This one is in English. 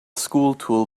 schooltool